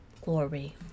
glory